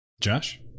Josh